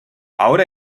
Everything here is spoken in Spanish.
ahora